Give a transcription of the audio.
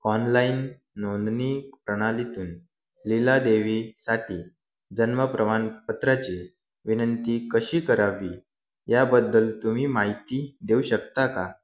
online नोंदणी प्रणालीतून लिलादेवीसाठी जन्मप्रमाणपत्राची विनंती कशी करावी याबद्दल तुम्ही माहिती देऊ शकता का